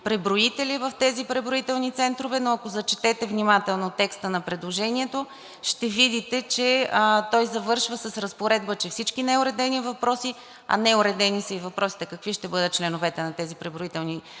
преброители в тези преброителни центрове, но ако зачетете внимателно текста на предложението, ще видите, че той завършва с разпоредба, че всички неуредени въпроси, а неуредени са и въпросите какви ще бъдат членовете на тези преброителни пунктове,